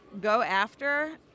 go-after